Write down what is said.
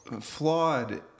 flawed